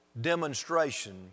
demonstration